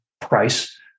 price